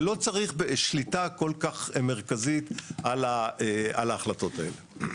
ולא צריך שליטה כל כך מרכזית על ההחלטות האלה.